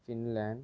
Finland